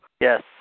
Yes